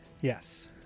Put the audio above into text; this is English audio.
Yes